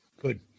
Good